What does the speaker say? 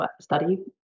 study